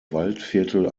waldviertel